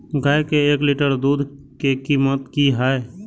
गाय के एक लीटर दूध के कीमत की हय?